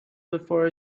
before